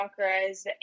chakras